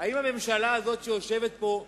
האם הממשלה הזאת, שיושבת פה,